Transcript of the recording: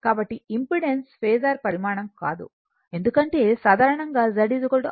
కాబట్టి impedance phasor పరిమాణం కాదు ఎందుకంటే సాధారణంగా Z R j X అని వ్రాస్తాము